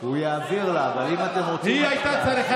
הוא יעביר לה, אבל אם אתם רוצים הצבעה,